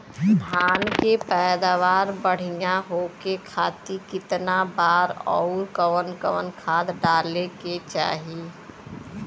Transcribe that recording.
धान के पैदावार बढ़िया होखे खाती कितना बार अउर कवन कवन खाद डाले के चाही?